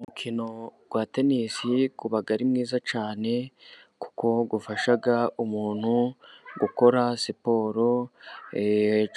Umukino wa tenisi uba ari mwiza cyane, kuko ufasha umuntu gukora siporo